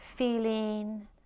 feeling